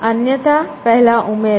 અન્યથા પહેલાં ઉમેરાત